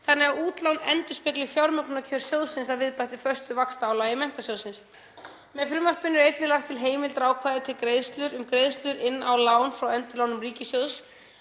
þannig að útlán endurspegli fjármögnunarkjör sjóðsins að viðbættu föstu vaxtaálagi Menntasjóðs. Með frumvarpinu er einnig lagt til að heimildarákvæði um greiðslur inn á lán frá Endurlánum ríkissjóðs